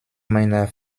meiner